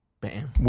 Bam